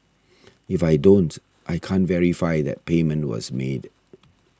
if I don't I can't verify that payment was made